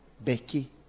Becky